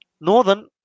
Northern